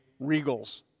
regals